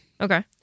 Okay